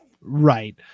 Right